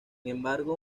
embargo